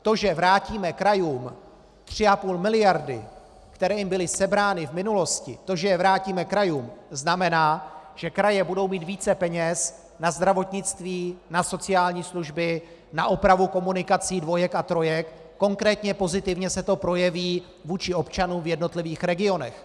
To, že vrátíme krajům 3,5 mld., které jim byly sebrány v minulosti, to, že je vrátíme krajům, znamená, že kraje budou mít více peněz na zdravotnictví, na sociální služby, na opravu komunikací dvojek a trojek, konkrétně pozitivně se to projeví vůči občanům v jednotlivých regionech.